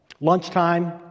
Lunchtime